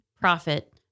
profit